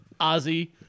Ozzy